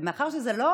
ומאחר שזה לא